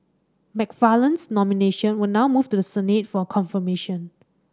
McFarland's nomination will now move to the Senate for a confirmation